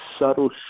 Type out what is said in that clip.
subtle